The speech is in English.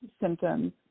symptoms